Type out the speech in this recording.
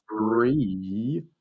three